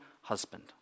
husband